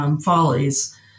follies